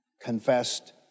confessed